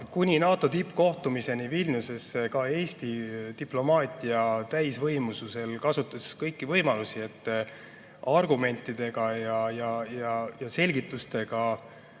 kuni NATO tippkohtumiseni Vilniuses ka Eesti diplomaatia täisvõimsusel kasutas kõiki võimalusi, et argumentide ja selgitustega